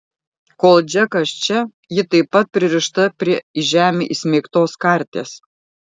kol džekas čia ji taip pat pririšta prie į žemę įsmeigtos karties